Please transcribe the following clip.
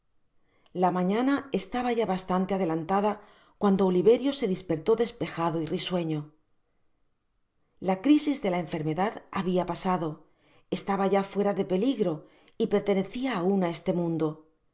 la mañana estaba ya bastante adelantada cuando oliverio se dispertó despejado y risueño la crisis de la enfermedad habia pasado estaba ya fuera de peligro y pertenecia aun á este inundo